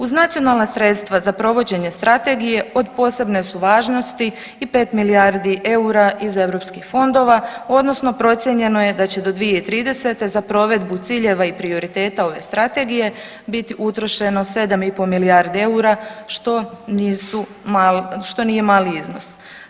Uz nacionalna sredstva za provođenje strategije od posebne su važnosti i 5 milijardi EUR-a iz europskih fondova odnosno procijenjeno je da će do 2030. za provedbu ciljeva i prioriteta ove strategije biti utrošeno 7,5 milijardi EUR-a što nisu, što nije mali iznos.